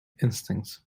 instincts